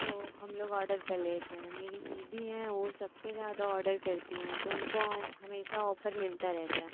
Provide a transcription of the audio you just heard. तो हम लोग ऑडर कर लेते हैं मेरी दीदी हैं वे सबसे ज़्यादा ऑडर करती हैं तो उनको हमेशा ऑफर मिलता रहता है